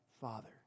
Father